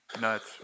nuts